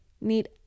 need